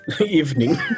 evening